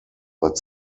but